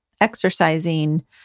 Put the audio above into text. exercising